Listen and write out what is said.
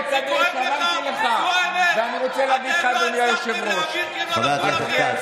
אתה עולה לכאן בימים האלה,